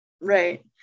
Right